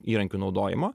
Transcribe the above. įrankių naudojimo